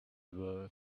were